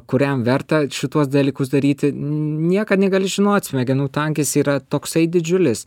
kuriam verta šituos dalykus daryti niekad negali žinot smegenų tankis yra toksai didžiulis